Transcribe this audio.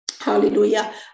Hallelujah